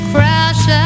Crash